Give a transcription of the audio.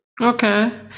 Okay